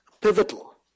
pivotal